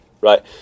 right